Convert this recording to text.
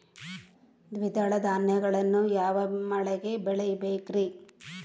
ದ್ವಿದಳ ಧಾನ್ಯಗಳನ್ನು ಯಾವ ಮಳೆಗೆ ಬೆಳಿಬೇಕ್ರಿ?